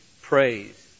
Praise